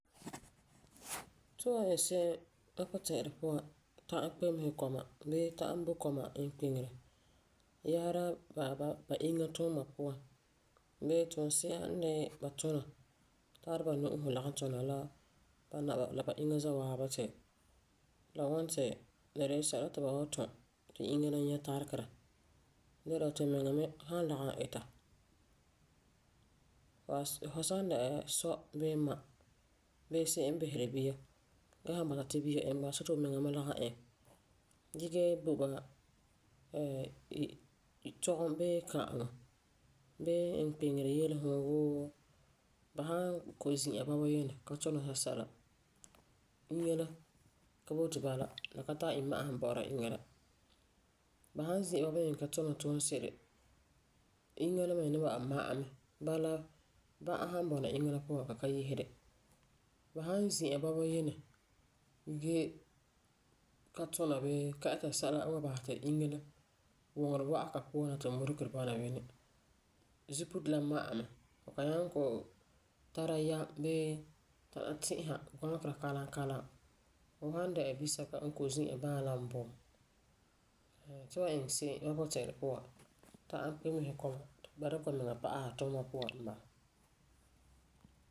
Tu wan iŋɛ se'em, mam puti'irɛ puan ta'am kpemese kɔma bii bo kɔma inkpeŋere yɛsera ba inŋa tuuma puan bii tuunse'ere n de ba lagum tuna tara ba nu'usi lagum tuna la ba naba la ba inŋa za'a waabi ti la ŋwɔna ti la de'e sɛla ti ba wan tum ti ba inŋa la nyɛ taregerɛ de la tumɛŋa me san lagum ita. Because fu san dɛna sɔ bii ma bii se'em n biseri bia ge san bɔta ti bia iŋɛ bala, see ti fumiŋa me lagum iŋɛ bala. Ge gee bo ba tɔgum bii ka'aŋɔ bee inkpeŋere yelesum wuu ba san kɔ'ɔm zi'a bɔbeyinɛ ka tuna sɛsɛla, inŋa la ka boti bala. La ka tari imma'asum bɔ'ɔra inŋa la. Ba san zi'a me ka tuna tuunse'ere, inŋa la me ni ba'am ma'ɛ mɛ. Bala bã'a san bɔna inŋa la puan a ka yeseri. Ba san zi'a bɔbeyinɛ gee ka tuna bee ita sɛla n wan basɛ ti inŋa la wuŋerɛ wa'am ka puan na ti muregere bɔna bini zuputo la ma'ɛ mɛ. Fu kan nyaŋɛ kɔ'ɔm tara yɛm bii tana ti'isera gɔ̃legera kalam kalam fu san dɛna bisɛka n kɔ'ɔm zi'a bãalam bum mm. Tu wan iŋɛ se'em mam puti'irɛ puan ta'am kpemese kɔma ti ba dikɛ bamiŋa pa'asɛ tuuma puan n bala.